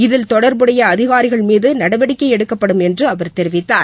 இதில் தொடர்புடைய அதிகாரிகள் மீது நடவடிக்கை எடுக்கப்படும் என்று அவர் தெரிவித்தார்